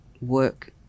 work